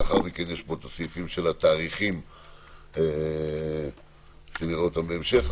לאחר מכן יש כאן הסעיפים של התאריכים שנראה אותם בהמשך.